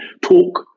talk